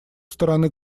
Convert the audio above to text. стороны